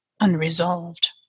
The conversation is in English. unresolved